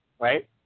right